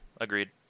Agreed